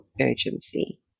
urgency